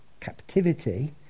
captivity